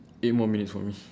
eight more minutes for me